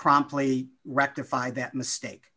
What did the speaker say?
promptly rectify that mistake